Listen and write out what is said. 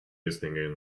listening